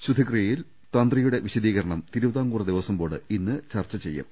ശുദ്ധിക്രിയയിൽ തന്ത്രിയുടെ വിശ ദീകരണം തിരുവിതാംകൂർ ിദേവസ്ഥം ബോർഡ് ഇന്ന് ചർച്ച ചെയ്യും